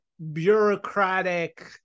bureaucratic